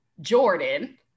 Jordan